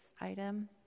item